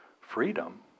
freedom